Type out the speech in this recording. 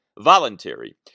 voluntary